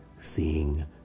seeing